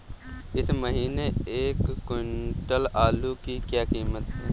इस महीने एक क्विंटल आलू की क्या कीमत है?